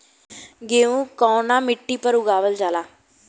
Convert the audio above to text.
गेहूं कवना मिट्टी पर उगावल जाला?